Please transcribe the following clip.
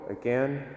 again